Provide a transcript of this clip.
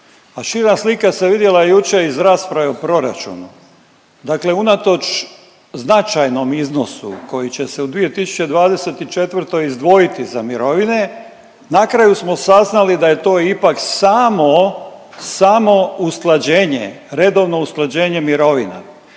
šira slika se vidjela jučer iz rasprave o proračunu. Dakle, unatoč značajnom iznosu koji će se u 2024. izdvojiti za mirovine na kraju smo saznali da je to ipak samo usklađenje, redovno usklađenje mirovina